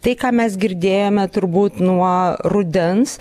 tai ką mes girdėjome turbūt nuo rudens